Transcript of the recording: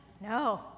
No